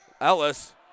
Ellis